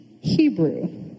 Hebrew